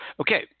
Okay